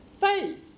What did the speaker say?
faith